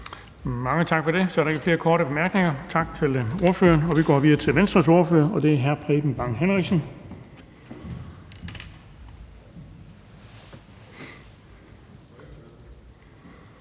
Mange tak for det. Der er ikke flere korte bemærkninger. Tak til ordføreren. Vi kan gå videre til SF's ordfører, og det er hr. Mads Olsen.